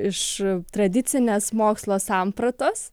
iš tradicinės mokslo sampratos